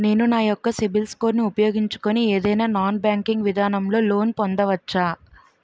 నేను నా యెక్క సిబిల్ స్కోర్ ను ఉపయోగించుకుని ఏదైనా నాన్ బ్యాంకింగ్ విధానం లొ లోన్ పొందవచ్చా?